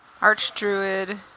Archdruid